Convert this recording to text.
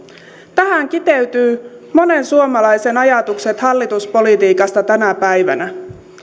tähän kiteytyvät monen suomalaisen ajatukset hallituspolitiikasta tänä päivänä